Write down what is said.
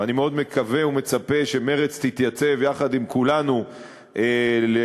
ואני מאוד מקווה ומצפה שמרצ תתייצב יחד עם כולנו לעזור